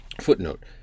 Footnote